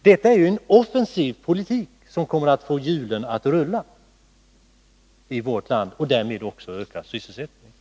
Detta är en offensiv politik, som skulle få hjulen att rulla i vårt land och därmed också öka sysselsättningen.